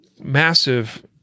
massive